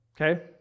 Okay